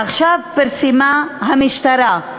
עכשיו פרסמה המשטרה,